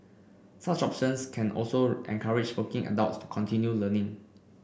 such options can also encourage working adults to continue learning